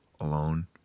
alone